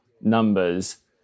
numbers